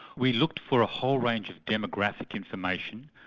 we looked for a whole range of demographic information,